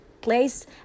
place